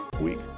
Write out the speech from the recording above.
week